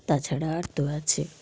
তাছাড়া আর তো আছে